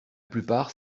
plupart